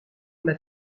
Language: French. m’a